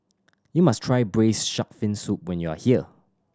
you must try Braised Shark Fin Soup when you are here